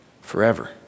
forever